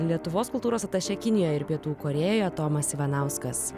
lietuvos kultūros atašė kinijoje ir pietų korėjoje tomas ivanauskas